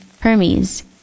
Hermes